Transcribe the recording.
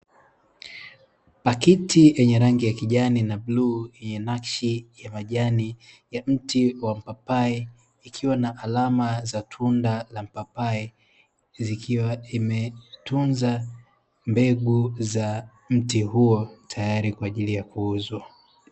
Pakiti yenye rangi ya kijani na bluu yenye nakshi ya majani ya mti wa mpapai, ikiwa na alama za tunda la mpapai zikiwa imetunza mbegu za mti huo tayari kwa ajili ya kuuzwa..